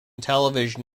television